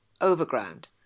overground